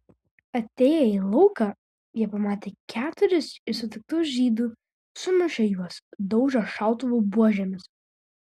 atėję į lauką jie pamatė keturis iš sutiktų žydų sumušė juos daužė šautuvų buožėmis